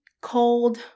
cold